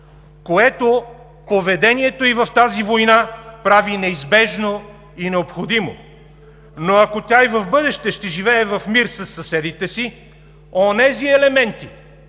което поведението й в тази война прави неизбежно и необходимо. Но ако тя и в бъдеще ще живее в мир със съседите си, онези елементи,